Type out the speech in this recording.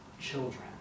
children